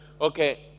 okay